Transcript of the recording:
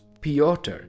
Piotr